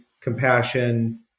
compassion